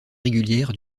régulière